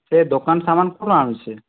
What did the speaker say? ସେ ଦୋକାନ ସାମାନ କ'ଣ ଆଣୁଛି